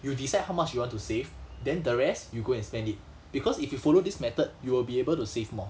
you decide how much you want to save then the rest you go and spend it because if you follow this method you will be able to save more